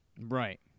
Right